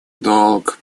долг